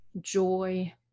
Joy